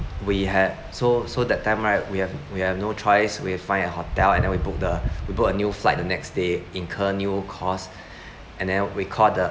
we had so so that time right we have we have no choice we have to find a hotel and then we book the we bought a new flight the next day incurred new cost and then we called the